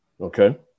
Okay